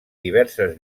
diverses